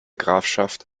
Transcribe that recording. grafschaft